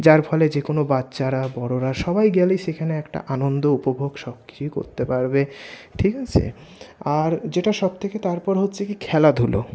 যার ফলে যেকোনও বাচ্চারা বড়োরা সবাই গেলেই সেখানে একটা আনন্দ উপভোগ সব কিছুই করতে পারবে ঠিক আছে আর যেটা সব থেকে তারপর হচ্ছে কী খেলাধুলো